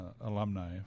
alumni